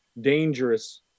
dangerous